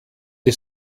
die